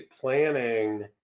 planning